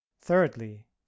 thirdly